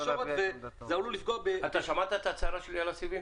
אתה שמעת את ההצהרה שלי על הסיבים?